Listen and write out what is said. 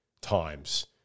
times